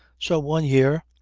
so one year,